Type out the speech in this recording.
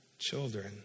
children